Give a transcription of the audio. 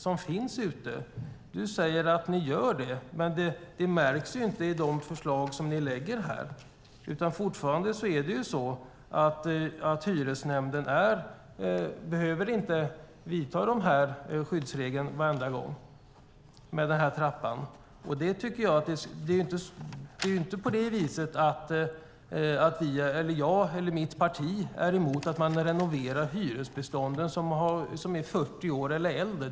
Nina Lundström säger att ni gör det, men det märks inte i de förslag som ni lägger här. Fortfarande behöver hyresnämnden inte tillämpa skyddsregeln varje gång med den här trappan. Mitt parti är ju inte emot att man renoverar ett lägenhetsbestånd som är 40 år eller äldre.